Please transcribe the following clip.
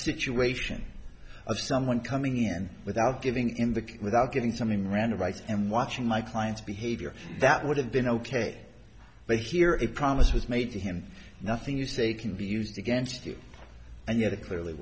situation of someone coming in without giving in the case without getting something random rights and watching my client's behavior that would have been ok but here it promise was made to him nothing you say can be used against you and yet it clearly